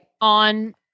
On